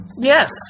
Yes